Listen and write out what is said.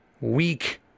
weak